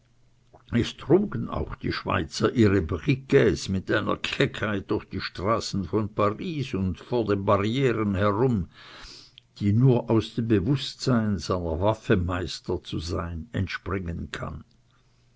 trugen auch die schweizer ihre briquets mit einer keckheit durch die straßen von paris und vor den barrieren herum die nur aus dem bewußtsein seiner waffe meister zu sein entspringen kann